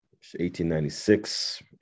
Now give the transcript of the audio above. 1896